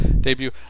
debut